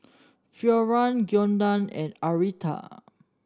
Florian Giana and Arletta